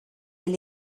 elle